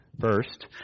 first